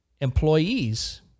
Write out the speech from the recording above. employees